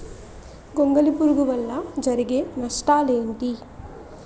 గొంగళి పురుగు వల్ల జరిగే నష్టాలేంటి?